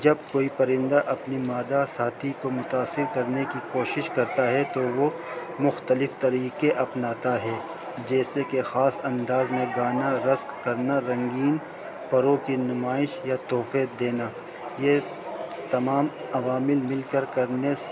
جب کوئی پرندہ اپنی مادا ساتھی کو متاثر کرنے کی کوشش کرتا ہے تو وہ مختلف طریقے اپناتا ہے جیسے کہ خاص انداز میں گانا رسق کرنا رنگین پروں کی نمائش یا تحفید دینا یہ تمام عوامل مل کر کرنے